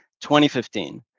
2015